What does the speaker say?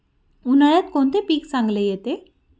उन्हाळ्यात कोणते पीक चांगले येते?